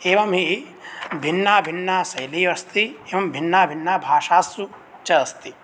एवं हि भिन्ना भिन्ना शैली अस्ति एवं भिन्नभिन्नासु भाषासु च अस्ति